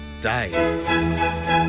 day